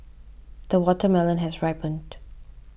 the watermelon has ripened